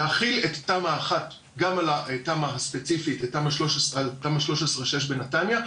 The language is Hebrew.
להחיל את תמ"א1 גם על התמ"א הספציפית תמ"א 6/13 בנתניה,